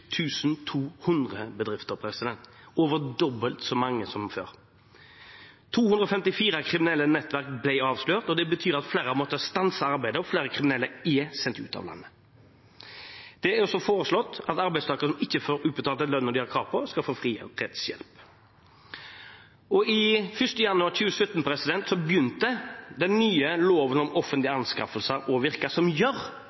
200 bedrifter – over dobbelt så mange som før. 254 kriminelle nettverk ble avslørt, og det betyr at flere har måttet stanse arbeidet, og flere kriminelle er sendt ut av landet. Det er også foreslått at arbeidstakere som ikke får utbetalt den lønnen de har krav på, skal få fri rettshjelp. Den 1. januar 2017 begynte den nye loven om offentlige